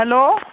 hello